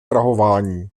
prahování